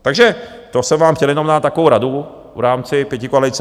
Takže to jsem vám chtěl jenom na takovou radu v rámci pětikoalice.